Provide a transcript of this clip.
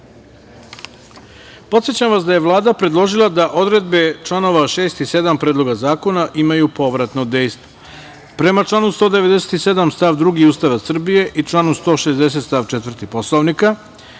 amandman. Podsećam vas da je Vlada predložila da odredbe članova 6. i 7. Predloga zakona imaju povratno dejstvo. Prema članu 197. stav 2. Ustava Srbije i članu 160. stav 4. Poslovnika,